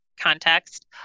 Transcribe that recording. context